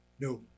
No